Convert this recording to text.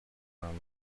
around